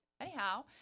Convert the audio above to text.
Anyhow